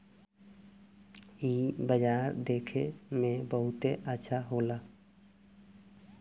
इ बाजार देखे में बहुते अच्छा होला